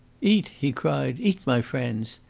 eat, he cried eat, my friends,